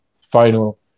final